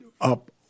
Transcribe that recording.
up